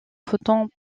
photons